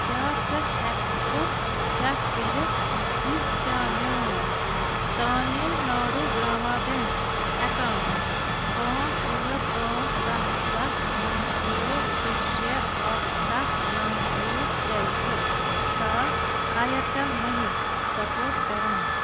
کیٛاہ ژٕ ہیٚکہٕ کھا چیٚک کٔرِتھ زِ کیٛاہ میٛون تامِل ناڈوٗ گرٛاما بیٚنٛک ایٚکاونٛٹ پانٛژھ ٲٹھ پانٛژھ سَتھ سَتھ نَو ژور زٕ شےٚ اَکھ سَتھ نَو ٲٹھ ترٛےٚ زٕ چھا آیَرٹیٚل موٚنی سپورٹ کران